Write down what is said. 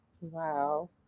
Wow